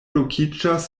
lokiĝas